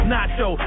Nacho